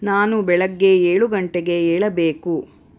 ನಾನು ಬೆಳಗ್ಗೆ ಏಳು ಗಂಟೆಗೆ ಏಳಬೇಕು